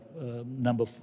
number